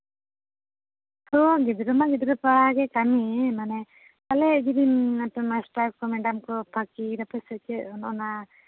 ᱛᱳ ᱜᱤᱫᱽᱨᱟᱹ ᱢᱟ ᱜᱤᱫᱽᱨᱟᱹ ᱛᱟᱭ ᱜᱮ ᱠᱟᱹᱢᱤ ᱢᱟᱱᱮ ᱟᱞᱮ ᱡᱩᱫᱤ ᱢᱟᱥᱴᱟᱨ ᱠᱚ ᱢᱮᱰᱟᱢ ᱠᱚ ᱯᱷᱟᱸᱠᱤᱭ ᱫᱟᱯᱮ ᱥᱮ ᱪᱮᱫ ᱚᱱ ᱚᱱᱟ